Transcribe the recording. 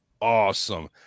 awesome